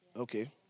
Okay